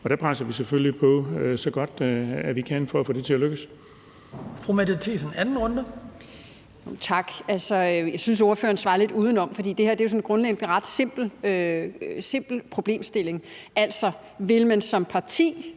og der presser vi selvfølgelig på, så godt vi kan, for at få det til at lykkes.